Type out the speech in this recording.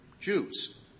Jews